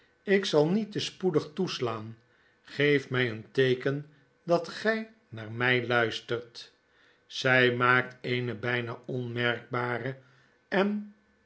wachten ikzal niet te spoedig toeslaan geef mij een teeken dat gy naar my luistert zy maakt eene bijna onmerkbare en